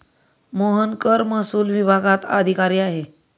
मोहन कर महसूल विभागात अधिकारी आहे